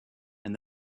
and